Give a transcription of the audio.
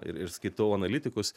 ir ir skaitau analitikus